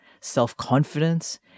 self-confidence